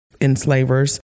enslavers